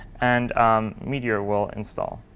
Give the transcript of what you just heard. and meteor will install.